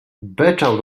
beczał